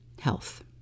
health